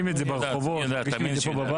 מרגישים את זה ברחובות, מרגישים את זה פה בבית.